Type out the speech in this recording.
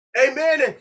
Amen